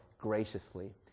graciously